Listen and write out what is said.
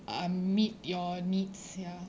uh meet your needs ya